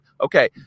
Okay